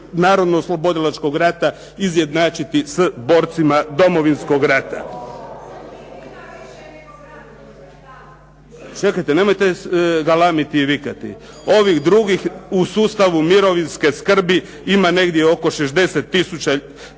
narodnooslobodilačkog rata izjednačiti s borcima Domovinskog rata. …/Upadica se ne čuje./… Čekajte, nemojte galamiti i vikati. Ovih drugih u sustavu mirovinske skrbi ima negdje oko 60 tisuća.